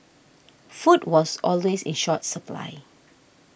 food was always in short supply